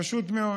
פשוט מאוד.